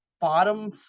bottom